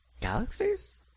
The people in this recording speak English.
Galaxies